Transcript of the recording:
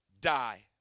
die